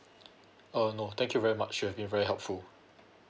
uh no thank you very much you have been very helpful